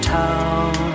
town